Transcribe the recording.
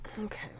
Okay